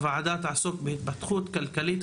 הוועדה תעסוק בהתפתחות כלכלית,